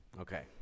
Okay